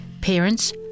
Parents